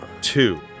two